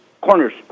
corners